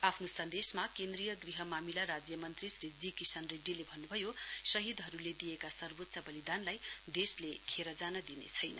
आफ्नो सन्देशमा केन्द्रीय गृह मामिला राज्य मन्त्री श्री जी किशन रेड्डीले भन्नुभयो शहीदहरुले दिएका सर्वोच्च बलिदानलाई देशले खेर जान दिने छैन